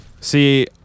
See